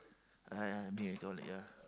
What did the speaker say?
uh being a ya